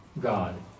God